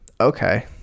okay